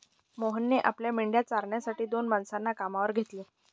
मोहनने आपल्या मेंढ्या चारण्यासाठी दोन माणसांना कामावर घेतले